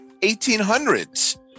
1800s